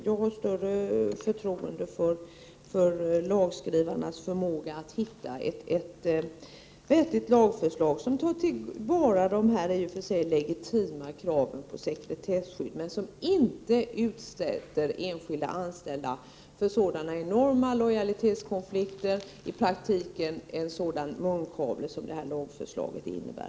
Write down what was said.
Jag har större förtroende för lagskrivarnas förmåga att hitta ett vettigt lagförslag, som tar till vara de här i och för sig legitima kraven på sekretesskydd men som inte utsätter enskilda anställda för sådana enorma lojalitetskonflikter och i praktiken för en sådan munkavle som det här lagförslaget innebär.